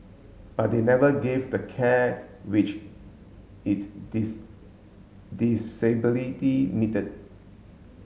but they never gave the care which its this disability needed